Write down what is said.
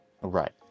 Right